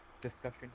discussion